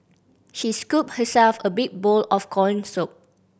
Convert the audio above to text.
she scooped herself a big bowl of corn soup